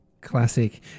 Classic